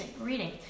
reading